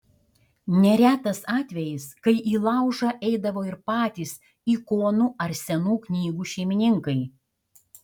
neretas atvejis kai į laužą eidavo ir patys ikonų ar senų knygų šeimininkai